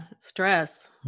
stress